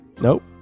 Nope